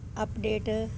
update